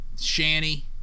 shanny